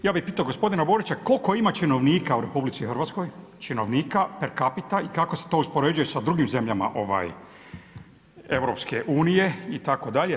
Ja bih pitao gospodina Borića koliko ima činovnika u RH, činovnika, perkapita i kako se to uspoređuje sa drugim zemljama EU itd.